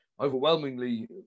overwhelmingly